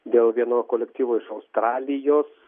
dėl vieno kolektyvo iš australijos